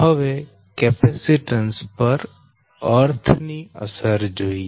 હવે કેપેસીટન્સ પર અર્થ ની અસર જોઈએ